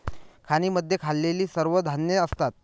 खाणींमध्ये खाल्लेली सर्व धान्ये असतात